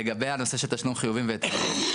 לגבי הנושא של תשלום חיובים והיטלים,